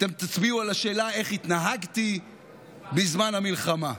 אתם תצביעו על השאלה: איך התנהגתי בזמן המלחמה?